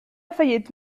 fayette